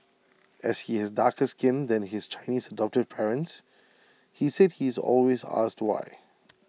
as he has darker skin than his Chinese adoptive parents he said he is always asked why